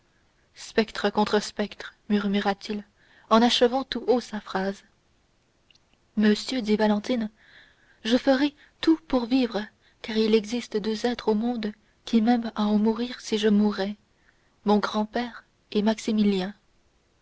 spectre contre spectre murmura-t-il en achevant tout haut sa phrase monsieur dit valentine je ferai tout pour vivre car il existe deux êtres au monde qui m'aiment à en mourir si je mourais mon grand-père et maximilien